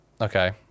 okay